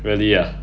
really ah